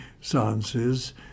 sciences